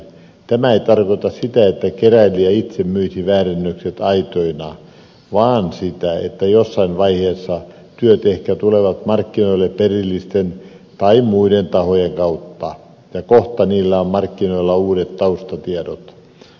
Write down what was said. tämä ei tarkoita sitä että keräilijä itse myisi väärennökset aitoina vaan sitä että jossain vaiheessa työt ehkä tulevat markkinoille perillisten tai muiden tahojen kautta ja kohta niillä on markkinoilla uudet taustatiedot